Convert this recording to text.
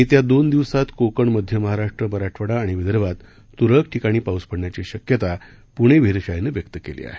येत्या दोन दिवसात कोकण मध्य महाराष्ट्र मराठवाडा आणि विदर्भात तुरळक ठिकाणी पाऊस पडण्याची शक्यता प्णे वेधशाळेनं व्यक्त केली आहे